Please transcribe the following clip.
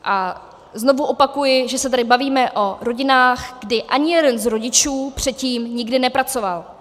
A znovu opakuji, že se tady bavíme o rodinách, kdy ani jeden z rodičů předtím nikdy nepracoval.